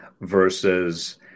versus